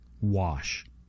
wash